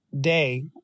day